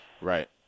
Right